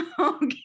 okay